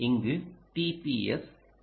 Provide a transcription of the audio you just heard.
இங்கு TPS 7A47 உள்ளது